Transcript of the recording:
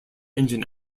engine